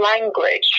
language